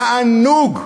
תענוג,